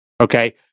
Okay